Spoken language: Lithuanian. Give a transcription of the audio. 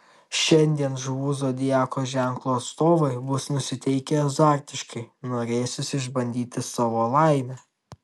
šiandien žuvų zodiako ženklo atstovai bus nusiteikę azartiškai norėsis išbandyti savo laimę